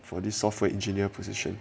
for this software engineer position